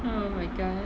oh my god